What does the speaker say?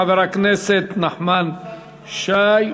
חבר הכנסת נחמן שי,